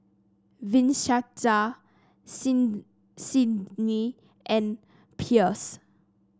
Vincenza Sydnie and Pierce